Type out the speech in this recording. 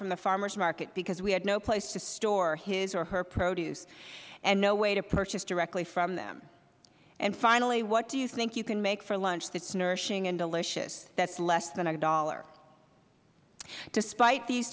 from the farmers market because we had no place to store his or her produce and no way to purchase directly from them finally what do you think you can make for lunch that is nourishing and delicious that is less than a dollar despite these